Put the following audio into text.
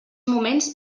moments